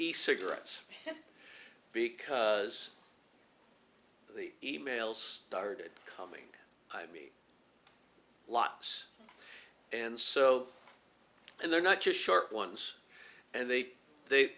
the cigarettes because the e mails started coming i mean lots and so and they're not just short ones and they they